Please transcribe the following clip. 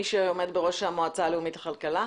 מי שעומד בראש המועצה הלאומית לכלכלה.